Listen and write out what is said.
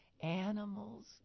animals